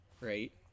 right